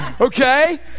Okay